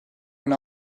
and